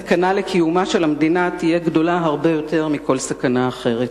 הסכנה לקיומה של המדינה תהיה גדולה הרבה יותר מכל סכנה אחרת.